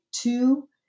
two